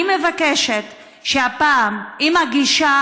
אני מבקשת שהפעם, עם הגישה